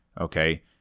Okay